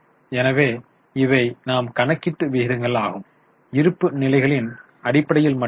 எனவே இவை நாம் கணக்கீட்டு விகிதங்கள் இருப்பு நிலைகளின் அடிப்படையில் மட்டுமே